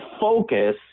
focus